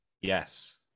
Yes